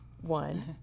one